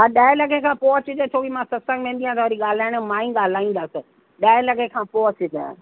हा ॾह लॻे खां पोइ अचजो छोकी मां सत्संग वेंदी आहियां त वरी ॻाल्हाइणु मां ई ॻाल्हाईंदसि ॾह लॻे खां पोइ अचजे